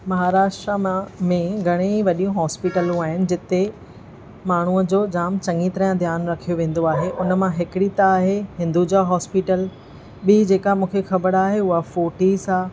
महराष्ट्र मां में घणेई वॾियूं हॉस्पिटलूं आहिनि जिथे माण्हूअ जो जाम चङी तरह ध्यानु रखियो वेंदो आहे हुन मां हिकड़ी त आहे हिन्दूजा हॉस्पिटल ॿी जेका मूंखे ख़बरु आहे उहा फोर्टीस आहे